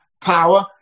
power